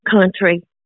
country